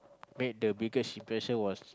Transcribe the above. made the biggest impression was